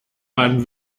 baden